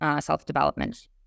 self-development